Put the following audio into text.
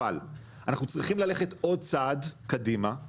אבל אנחנו צריכים ללכת עוד צעד קדימה.